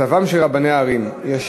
מצבם של רבני הערים, מס'